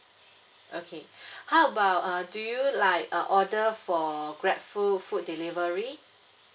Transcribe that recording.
okay how about err do you like err order for grabfood food delivery